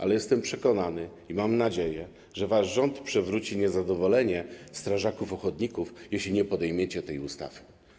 Ale jestem przekonany i mam nadzieję, że wasz rząd przewróci niezadowolenie strażaków ochotników, jeśli nie przyjmiecie tej ustawy.